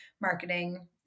marketing